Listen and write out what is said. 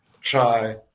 try